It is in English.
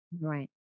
Right